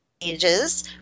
ages